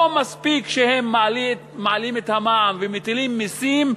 לא מספיק שהם מעלים את המע"מ ומטילים מסים,